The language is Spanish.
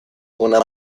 una